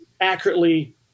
accurately